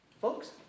folks